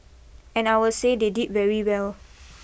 and I will say they did very well